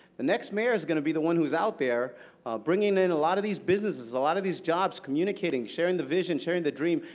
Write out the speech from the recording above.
next mayor is going to be the one who is out there bringing in a lot of these businesses, a lot of these jobs, communicating, sharing the vision, sharing the dream,